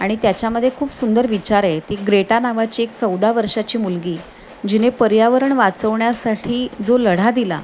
आणि त्याच्यामध्ये खूप सुंदर विचार आहे ती ग्रेटा नावाची एक चौदा वर्षाची मुलगी जिने पर्यावरण वाचवण्यासाठी जो लढा दिला